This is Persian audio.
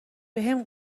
بهم